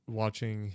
watching